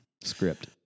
script